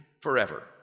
forever